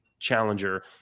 challenger